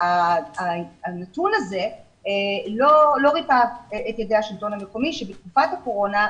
הנתון הזה לא ריפה את ידיה השלטון המקומי שבתקופת הקורונה,